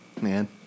man